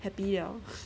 happy liao